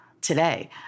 today